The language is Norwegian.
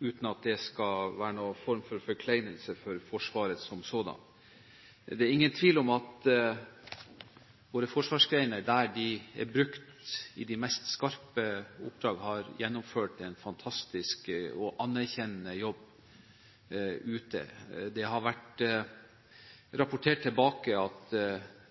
uten at det skal være noen form for forkleinelse for Forsvaret som sådant. Det er ingen tvil om at våre forsvarsgreiner, der de er brukt i de mest skarpe oppdrag, har gjennomført en fantastisk og anerkjennende jobb ute. Det har vært rapportert tilbake at